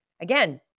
again